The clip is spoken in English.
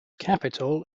capital